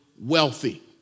wealthy